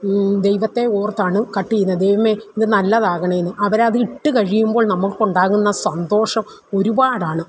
ദൈവത്തെ ഓർത്താണ് കട്ട് ചെയ്യുന്നത് ദൈവമേ ഇത് നല്ലതാകണേയെന്ന് അവരതിട്ട് കഴിയുമ്പോൾ നമുക്കുണ്ടാകുന്ന സന്തോഷം ഒരുപാടാണ്